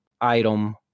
item